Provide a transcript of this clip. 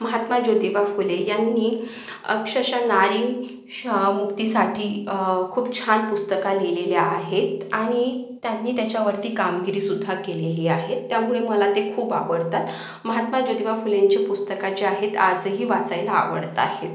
महात्मा ज्योतिबा फुले यांनी अक्षरश नारी श मुक्तीसाठी खूप छान पुस्तका लिहिलेले आहेत आणि त्यांनी त्याच्यावरती कामगिरीसुद्धा केलेली आहे त्यामुळे मला ते खूप आवडतात महात्मा ज्योतिबा फुलेंच्या पुस्तकाच्या आहेत आजही वाचायला आवडत आहेत